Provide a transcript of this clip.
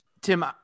Tim